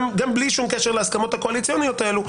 גם בלי שום קשר להסכמות הקואליציוניות האלה,